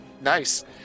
Nice